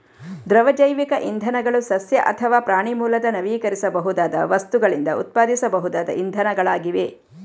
ದ್ರವ ಜೈವಿಕ ಇಂಧನಗಳು ಸಸ್ಯ ಅಥವಾ ಪ್ರಾಣಿ ಮೂಲದ ನವೀಕರಿಸಬಹುದಾದ ವಸ್ತುಗಳಿಂದ ಉತ್ಪಾದಿಸಬಹುದಾದ ಇಂಧನಗಳಾಗಿವೆ